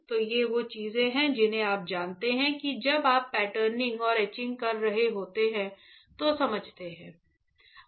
तो ये वो चीजें हैं जिन्हें आप जानते हैं कि जब आप पैटर्निंग और एचिंग कर रहे होते हैं तो समझते हैं